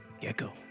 gecko